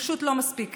פשוט לא מספיק.